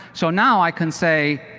so now i can say